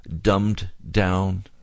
dumbed-down